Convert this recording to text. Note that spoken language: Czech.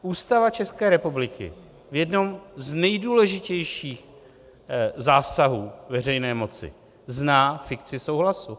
Ústava České republiky v jednom z nejdůležitějších zásahů veřejné moci zná fikci souhlasu.